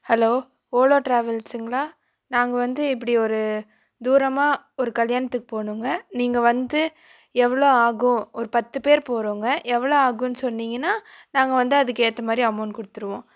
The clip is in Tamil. ஹலோ ஓலா டிராவல்ஸுங்களா நாங்க வந்து இப்படி ஒரு தூரமா ஒரு கல்யாணத்துக்கு போகணுங்க நீங்கள் வந்து எவ்வளோ ஆகும் ஒரு பத்து பேரு போகிறோங்க எவ்வளோ ஆகுன்னு சொன்னீங்கன்னால் நாங்கள் வந்து அதுக்கேற்ற மாதிரி அமௌண்ட் கொடுத்துருவோம்